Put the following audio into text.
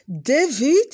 David